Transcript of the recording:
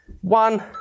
one